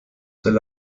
sehr